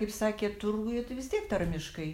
kaip sakėt turguje tu vis tiek tarmiškai